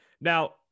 Now